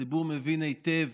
הציבור מבין היטב